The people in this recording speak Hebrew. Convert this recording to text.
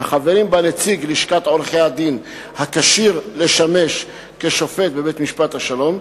וחברים בה נציג לשכת עורכי-הדין הכשיר לשמש כשופט בבית-משפט השלום,